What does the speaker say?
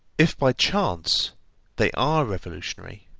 if by chance they are revolutionary,